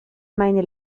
meine